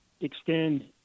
extend